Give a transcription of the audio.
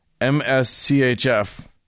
M-S-C-H-F